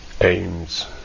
aims